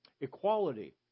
Equality